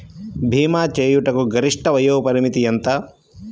భీమా చేయుటకు గరిష్ట వయోపరిమితి ఎంత?